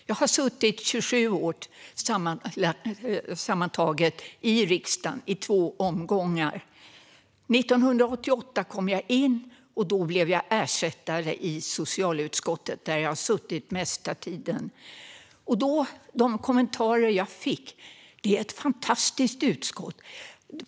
Jag har suttit sammantaget 27 år i riksdagen, i två omgångar. Jag kom in 1988, och då blev jag ersättare i socialutskottet, där jag har suttit den mesta tiden. Då fick jag höra kommentarer som: "Det är ett fantastiskt utskott!"